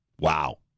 Wow